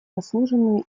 заслуженную